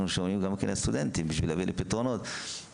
כך שומעים גם את הסטודנטים כדי להביא לפתרונות מעבר